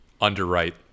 underwrite